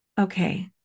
okay